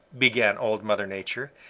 began old mother nature.